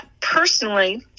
personally